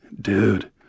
dude